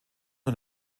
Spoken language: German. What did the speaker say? und